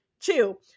Two